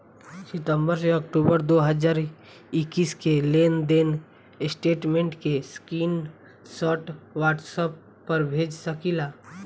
सितंबर से अक्टूबर दो हज़ार इक्कीस के लेनदेन स्टेटमेंट के स्क्रीनशाट व्हाट्सएप पर भेज सकीला?